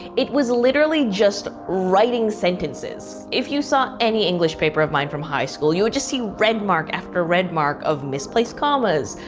it was literally just writing sentences. if you saw any english paper of mine from high school, you would just see red mark after red mark of misplaced commas,